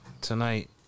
tonight